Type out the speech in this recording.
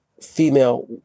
female